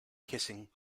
kissing